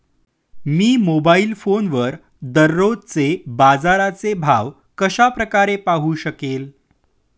मी mobile फोनवर दररोजचे बाजाराचे भाव कशा प्रकारे पाहू शकेल?